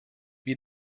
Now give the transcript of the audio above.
wir